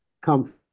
come